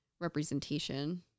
representation